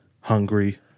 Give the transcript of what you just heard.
hungry